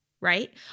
right